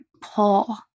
pull